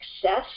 success